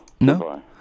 No